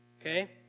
okay